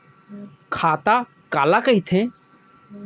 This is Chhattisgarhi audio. खाता काला कहिथे?